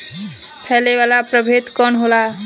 फैले वाला प्रभेद कौन होला?